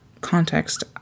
context